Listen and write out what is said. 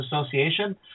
Association